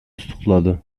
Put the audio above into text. tutukladı